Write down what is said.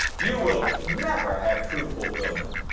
you will never have true fulfillment,